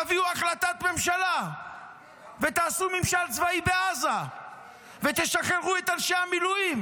תביאו החלטת ממשלה ותעשו ממשל צבאי בעזה ותשחררו את אנשי המילואים,